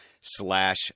slash